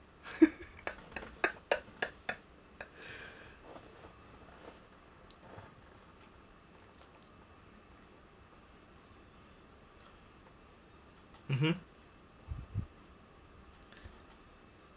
mmhmm